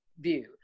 view